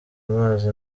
amazi